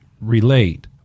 relate